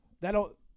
that'll